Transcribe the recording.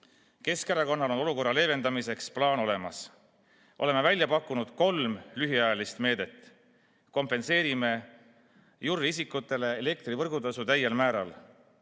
abipaketti. Keskerakonnal on olukorra leevendamiseks plaan olemas. Oleme välja pakkunud kolm lühiajalist meedet: kompenseerime juriidilistele isikutele elektrivõrgutasu täiel määral,